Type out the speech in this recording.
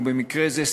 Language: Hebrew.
ובמקרה זה,